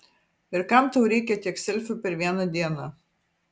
ir kam tau reikia tiek selfių per vieną dieną